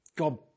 God